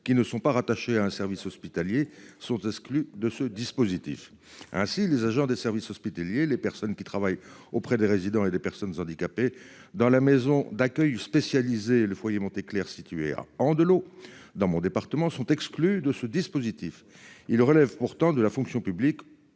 qui ne sont pas rattachés à un service hospitalier sont exclus de ce dispositif. Ainsi, les agents des services hospitaliers, les personnes qui travaillent auprès des résidents et des personnes handicapées dans la maison d'accueil spécialisée le foyer Claire situé à en de l'eau dans mon département sont exclus de ce dispositif. Il relève pourtant de la fonction publique